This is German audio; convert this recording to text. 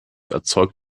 erzeugt